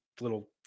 little